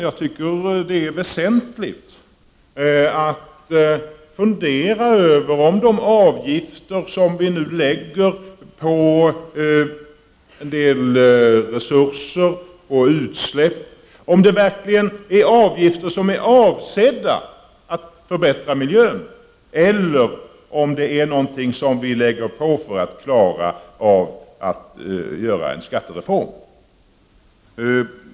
Jag tycker att det är väsentligt att fundera över om de avgifter som vi nu lägger på en del resurser och utsläpp verkligen är avsedda att bidra till en förbättrad miljö eller om de är någonting som vi lägger på för att klara av att åstadkomma en skattereform.